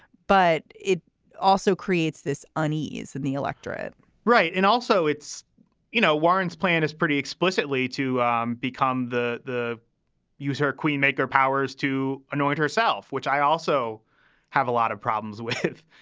but it also creates this unease in the electorate right. and also, it's you know, warren's plan is pretty explicitly to um become the the user queen maker powers to anoint herself with. i also have a lot of problems with,